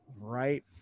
Right